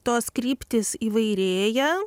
tos kryptys įvairėja